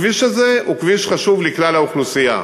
הכביש הזה הוא כביש חשוב לכלל האוכלוסייה,